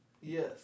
Yes